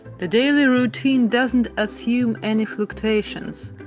the daily routine doesn't assume any fluctuations.